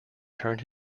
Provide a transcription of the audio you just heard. turned